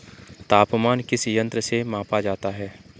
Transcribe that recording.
तापमान किस यंत्र से मापा जाता है?